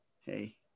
hey